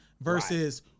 versus